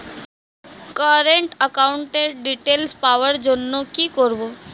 Current একাউন্টের details পাওয়ার জন্য কি করব?